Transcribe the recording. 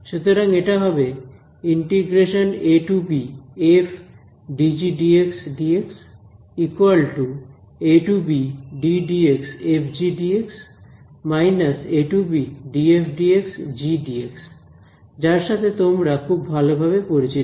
সুতরাং এটা হবে যার সাথে তোমরা খুব ভালোভাবে পরিচিত